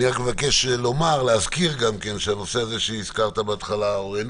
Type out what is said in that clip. אני רק מבקש להזכיר שהנושא שהזכרת בהתחלה, אורן,